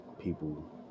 people